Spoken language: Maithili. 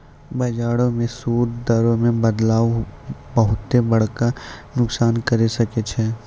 बजारो मे सूद दरो मे बदलाव बहुते बड़का नुकसान करै सकै छै